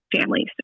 families